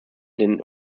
den